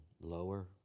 lower